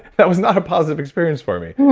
that was not a positive experience for me.